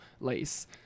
lace